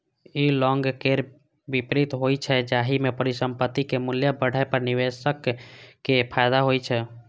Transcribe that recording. ई long केर विपरीत होइ छै, जाहि मे परिसंपत्तिक मूल्य बढ़ै पर निवेशक कें फायदा होइ छै